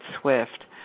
Swift